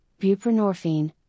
buprenorphine